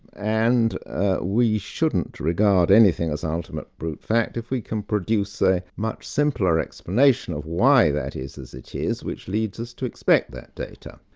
and ah we shouldn't regard anything as ultimate brute fact if we can produce a much simpler explanation of why that is as it is, which leads us to expect that data.